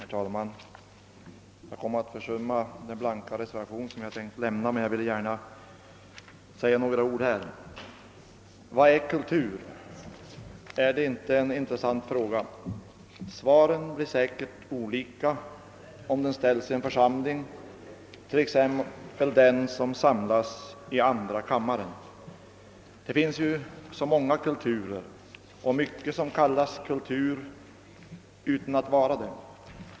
Herr talman! Jag råkade försumma att lämna in den blanka reservation, som jag hade avsett att foga till förevarande utskottsutlåtande, men jag vill ändå gärna ställa frågan: Vad är kultur? Detta är en intressant fråga. Svaren blir säkerligen olika, om den ställs i en församling av flera människor, t.ex. de som samlas i andra kammaren. Det finns ju så många kulturer och mycket som kallas kultur utan att vara det.